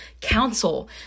counsel